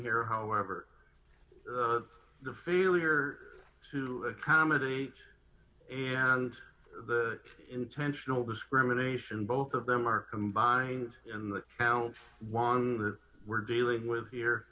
here however the failure to accommodate and intentional discrimination both of them are combined in the count one we're dealing with here